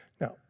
Now